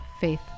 faith